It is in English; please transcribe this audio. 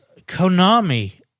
Konami